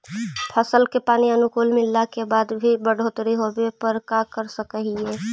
फसल के पानी अनुकुल मिलला के बाद भी न बढ़ोतरी होवे पर का कर सक हिय?